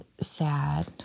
sad